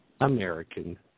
American